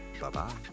Bye-bye